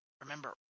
remember